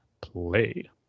play